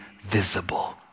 visible